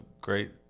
great